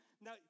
Now